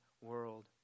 world